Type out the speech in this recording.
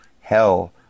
hell